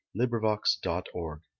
LibriVox.org